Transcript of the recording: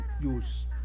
use